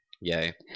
Yay